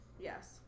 Yes